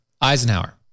Eisenhower